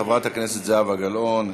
חבר הכנסת זהבה גלאון,